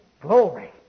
Glory